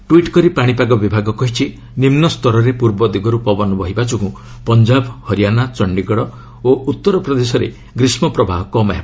tweet କରି ପାଶିପାଗ ବିଭାଗ କହିଛି ନିମୁସ୍ତରରେ ପୂର୍ବ ଦିଗରୁ ପବନ ବହିବା ଯୋଗୁଁ ପଞ୍ଜାବ ହରିୟାଣା ଚଣ୍ଡୀଗଡ଼ ଓ ଉତ୍ତର ପ୍ରଦେଶରେ ଗ୍ରୀଷ୍କପ୍ରବାହ କମ୍ ହେବ